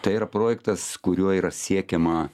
tai yra projektas kuriuo yra siekiama